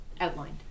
outlined